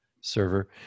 server